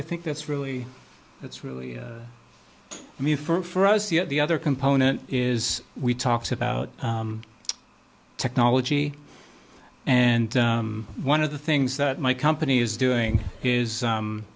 i think that's really that's really i mean for us yet the other component is we talked about technology and one of the things that my company is doing is